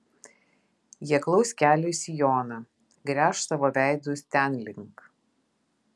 jie klaus kelio į sioną gręš savo veidus ten link